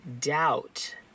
doubt